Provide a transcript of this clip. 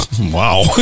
Wow